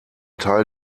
teil